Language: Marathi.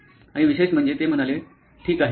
आणि विशेष म्हणजे ते म्हणाले 'ठीक आहे